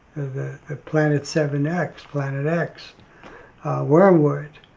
the ah planet seven x, planet x wormwood